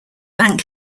bank